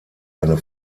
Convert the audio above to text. eine